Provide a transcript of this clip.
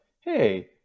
hey